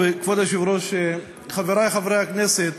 התשע"ח 2017, של חברי הכנסת